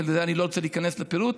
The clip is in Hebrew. ואני לא רוצה להיכנס לפירוט,